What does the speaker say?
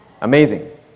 Amazing